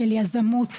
של יזמות,